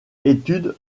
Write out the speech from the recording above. études